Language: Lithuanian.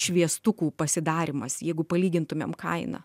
šviestukų pasidarymas jeigu palygintumėm kainą